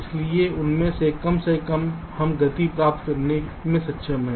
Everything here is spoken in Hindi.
इसलिए उनमें से कम से कम हम गति प्राप्त करने में सक्षम हैं